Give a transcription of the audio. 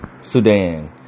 Sudan